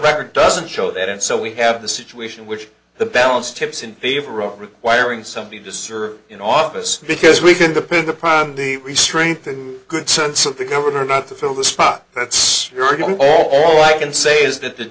record doesn't show that and so we have the situation which the balance tips in favor of requiring somebody just serve in office because we can depend upon the restraint the good sense of the governor not to fill the spot that's all i can say is that the